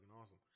awesome